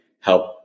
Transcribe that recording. help